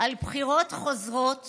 על בחירות חוזרות